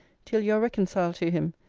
till you are reconciled to him.